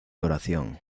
oración